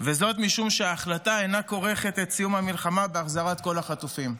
וזאת משום שההחלטה אינה כורכת את סיום המלחמה בהחזרת כל החטופים.